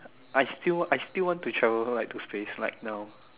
I still I still want to travel to like space like now